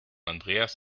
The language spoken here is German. andreas